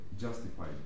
justified